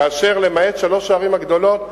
כאשר למעט שלוש הערים הגדולות,